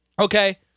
Okay